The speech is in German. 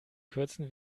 kürzen